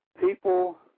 people